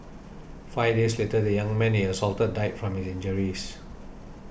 five days later the young man he assaulted died from injuries